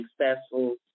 successful